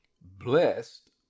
Blessed